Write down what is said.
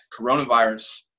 coronavirus